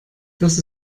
das